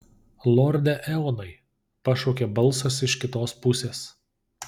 lorde eonai pašaukė balsas iš kitos pusės